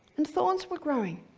and thorns were growing